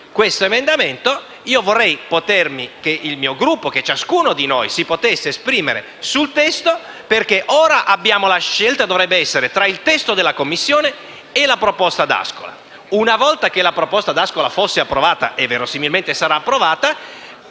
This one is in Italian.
questo emendamento. Io vorrei che il mio Gruppo e che ciascuno di noi si potesse esprimere sul testo perché ora la scelta dovrebbe essere tra il testo della Commissione e la proposta D'Ascola. Una volta che la proposta D'Ascola fosse approvata, e verosimilmente lo sarà, dovremmo